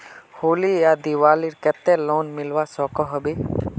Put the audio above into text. होली या दिवालीर केते लोन मिलवा सकोहो होबे?